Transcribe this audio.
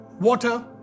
water